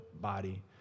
body